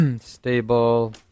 stable